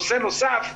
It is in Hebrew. נושא נוסף,